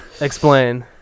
Explain